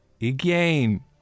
Again